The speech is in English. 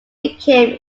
became